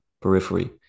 periphery